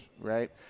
right